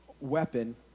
weapon